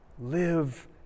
Live